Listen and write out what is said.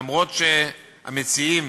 אף שהמציעים